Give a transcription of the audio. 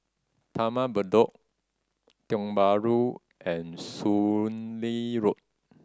Taman Bedok Tiong Bahru and Soon Lee Road